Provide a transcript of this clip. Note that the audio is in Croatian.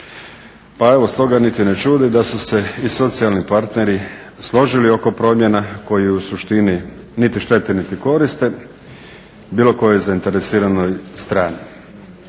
Pa evo stoga niti ne čudi da su se i socijalni partneri složili oko promjena koji u suštini niti štete niti koriste, bilo kojoj zainteresiranoj strani.